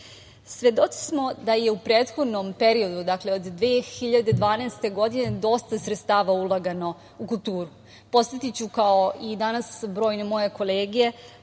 smo da je u prethodnom periodu, dakle od 2012. godine, dosta sredstava ulagano u kulturu. Podsetiću, kao i danas brojne moje kolege,